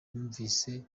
numvise